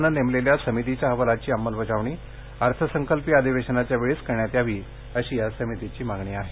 व्यंकटेश्वरलू समितीच्या अहवालाची अंमलबजावणी अर्थसंकल्पीय अधिवेशनाच्यावेळी करण्यात यावी अशी या समितीची मागणी आहे